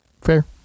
Fair